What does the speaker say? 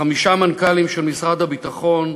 חמישה מנכ"לים של משרד הביטחון,